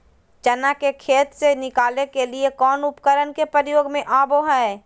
चना के खेत से निकाले के लिए कौन उपकरण के प्रयोग में आबो है?